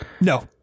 No